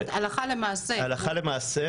הלכה למעשה,